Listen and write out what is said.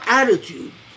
attitude